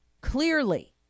clearly